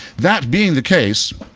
that being the case,